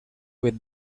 with